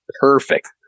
perfect